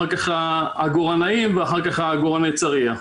אחר-כך העגורנאים ואחר-כך עגורני צריח.